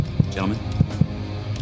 gentlemen